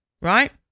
Right